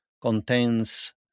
contains